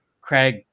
Craig